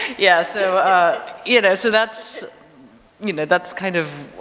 yeah so you know, so that's you know, that's kind of